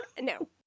no